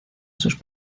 sus